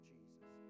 Jesus